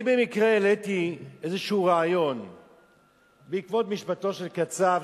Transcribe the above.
אני במקרה העליתי איזשהו רעיון בעקבות משפטו של קצב,